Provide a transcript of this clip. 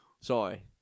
Sorry